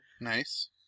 Nice